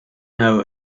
know